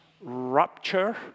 rupture